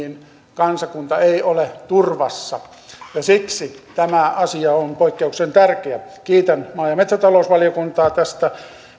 kansakunta ei ole turvassa siksi tämä asia on poikkeuksellisen tärkeä kiitän maa ja metsätalousvaliokuntaa tästä